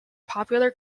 popular